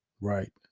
right